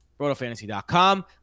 Brotofantasy.com